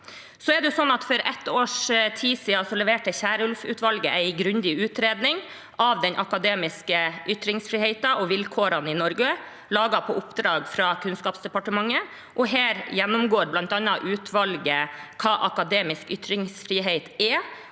For et års tid siden leverte Kierulf-utvalget en grundig utredning av den akademiske ytringsfriheten og vilkårene i Norge, laget på oppdrag fra Kunnskapsdepartementet. Her gjennomgår utvalget bl.a. hva akademisk ytringsfrihet er,